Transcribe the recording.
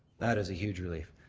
that is a huge relief.